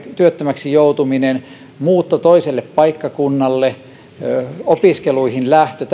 työttömäksi joutuminen muutto toiselle paikkakunnalle opiskeluihin lähtö